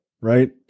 right